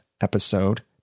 episode